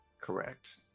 Correct